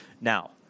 now